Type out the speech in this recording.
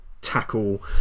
tackle